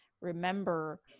remember